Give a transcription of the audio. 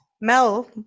Mel